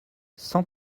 cent